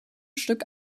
stück